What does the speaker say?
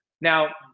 Now